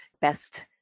best